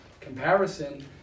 comparison